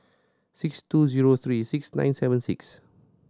six two zero three six nine seven six